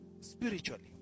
spiritually